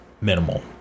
minimal